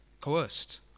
coerced